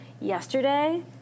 yesterday